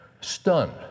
Stunned